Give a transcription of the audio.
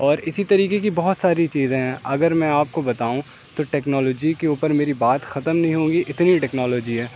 اور اسی طریقے کی بہت ساری چیزیں اگر میں آپ كو بتاؤں تو ٹیكنالوجی كے اوپر میری بات ختم نہیں ہوگی اتنی ٹیکنالوجی ہے